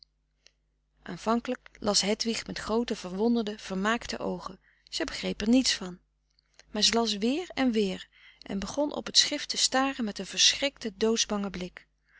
aanvankelijk las hedwig met groote verwonderde vermaakte oogen zij begreep er niets van maar zij las weer en weer en begon op het schrift te staren met een verschrikten doodsbangen blik